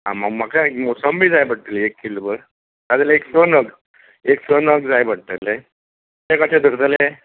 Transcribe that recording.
म्हाका एक मोसंबी जाय पडटली एक किल्लभर नाजाल्या स नग एक स नग जाय पडटले ते कशे धरतले